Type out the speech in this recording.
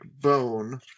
bone